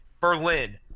Berlin